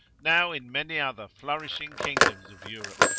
now in many other flourishing kingdoms of europe.